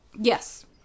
Yes